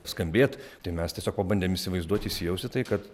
skambėt tai mes tiesiog pabandėm įsivaizduot įsijaust į tai kad